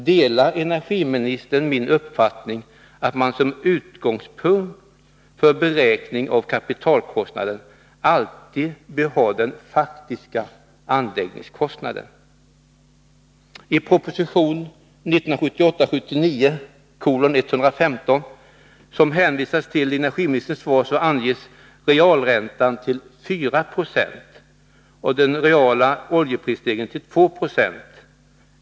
Delar energiministern min uppfattning att man som utgångspunkt för beräkning av kapitalkostnaden alltid bör ha den faktiska anläggningskostnaden? svar, anges realräntan till 4 96 och den reala oljeprisstegringen till 2 Zo.